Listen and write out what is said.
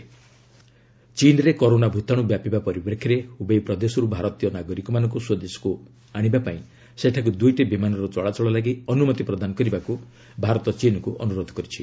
corona virus ଚୀନ୍ରେ corona ଭୂତାଣୁ ବ୍ୟାପିବା ପରିପ୍ରେକ୍ଷୀରେ ହୁବେଇ ପ୍ରଦେଶରୁ ଭାରତୀୟ ନାଗରିକମାନଙ୍କୁ ସ୍ୱଦେଶକୁ ଆଣିବା ପାଇଁ ସେଠାକୁ ଦୁଇଟି ବିମାନର ଚଳାଚଳ ଲାଗି ଅନୁରୋଧ ପ୍ରଦାନ କରିବାକୁ ଭାରତ ଚୀନକୁ ଅନୁରୋଧ କରିଛି